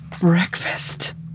Breakfast